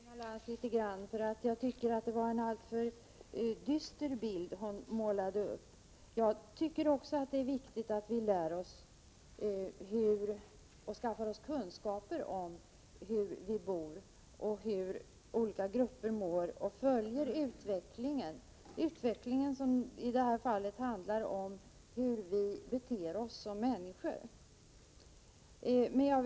Herr talman! Jag vill bara replikera något på vad Inga Lantz sade därför att jag tycker att det var en alltför dyster bild hon målade upp. Även jag tycker att det är viktigt att vi skaffar oss kunskaper om hur vi bor och om hur olika grupper mår samt att vi följer utvecklingen, som i det här fallet handlar om hur vi människor beter oss.